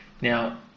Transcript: Now